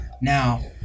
Now